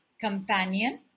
companion